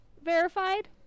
verified